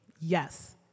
Yes